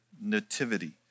nativity